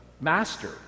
master